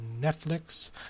Netflix